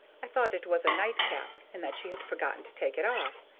i thought it was a nightcap, and that she had forgotten to take it off,